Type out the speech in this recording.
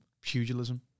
pugilism